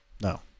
no